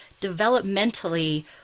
developmentally